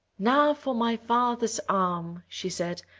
now for my father's arm she said,